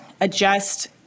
adjust